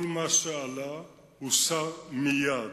כל מה שעלה הוסר מייד,